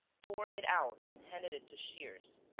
tore it out and handed it to shears.